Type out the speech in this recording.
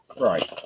Right